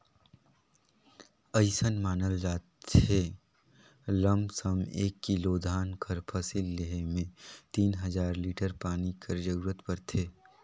अइसन मानल जाथे लमसम एक किलो धान कर फसिल लेहे में तीन हजार लीटर पानी कर जरूरत परथे